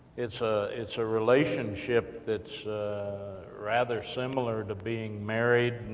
it's ah it's a relationship that's rather similar to being married,